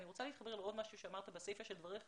אני רוצה להתחבר לעוד משהו שאמרת בסיפה של דבריך